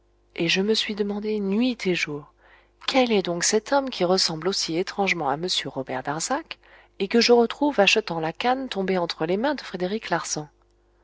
et je me suis demandé nuit et jour quel est donc cet homme qui ressemble aussi étrangement à m robert darzac et que je retrouve achetant la canne tombée entre les mains de frédéric larsan